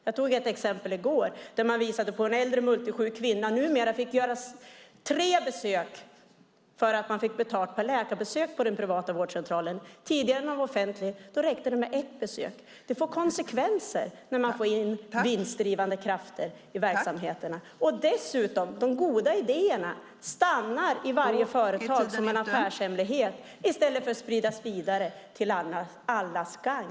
Jag tog upp ett exempel i går där en äldre multisjuk kvinna numera fick göra tre besök på den privata vårdcentralen därför att man fick betalt per läkarbesök. Tidigare när den var offentlig räckte det med ett besök. Det får konsekvenser när man får in vinstdrivande krafter i verksamheterna. Dessutom stannar de goda idéer i varje företag som en affärshemlighet i stället för att spridas vidare till allas gagn.